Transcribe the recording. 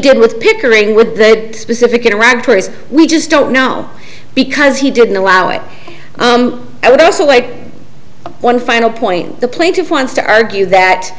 did with pickering with a specific it arrived we just don't know because he didn't allow it i would also like one final point the plaintiff wants to argue that